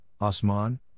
Osman